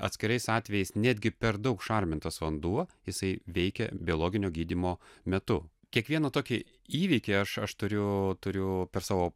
atskirais atvejais netgi per daug šarmintas vanduo jisai veikia biologinio gydymo metu kiekvieną tokį įvykį aš aš turiu turiu per savo